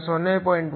ಆದ್ದರಿಂದ 0